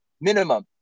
minimum